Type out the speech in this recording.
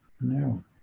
No